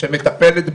שמטפלת בעניין.